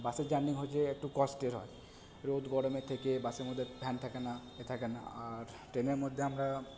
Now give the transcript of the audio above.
বাসের জার্নি হচ্ছে একটু কষ্টের হয় রোদ গরমের থেকে বাসের মধ্যে ফ্যান থাকে না এ থাকে না আর ট্রেনের মধ্যে আমরা